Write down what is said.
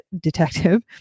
detective